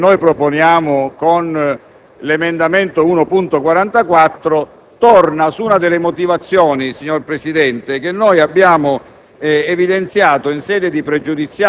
La soppressione del comma 3, che proponiamo con l'emendamento 1.44, torna su una delle motivazioni, signor Presidente, che abbiamo